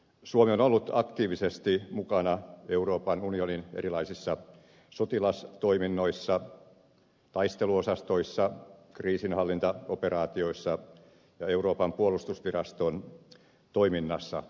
suomi on ollut aktiivisesti mukana euroopan unionin erilaisissa sotilastoiminnoissa taisteluosastoissa kriisinhallintaoperaatioissa ja euroopan puolustusviraston toiminnassa